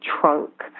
trunk